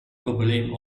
probleem